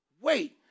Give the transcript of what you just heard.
Wait